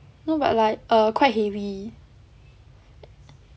no but like err quite heavy